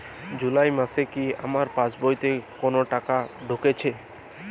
জুলাই মাসে কি আমার পাসবইতে কোনো টাকা ঢুকেছে?